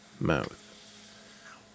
mouth